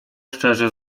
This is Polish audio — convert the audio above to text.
szczerze